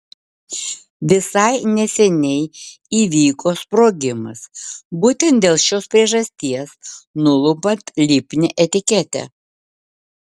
visai neseniai įvyko sprogimas būtent dėl šios priežasties nulupant lipnią etiketę